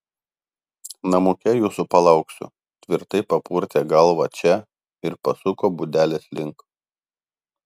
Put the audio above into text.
namuke jūsų palauksiu tvirtai papurtė galvą če ir pasuko būdelės link